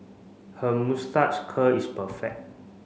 her moustache curl is perfect